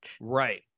right